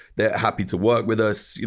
they're happy to work with us.